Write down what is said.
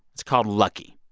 it's called lucky.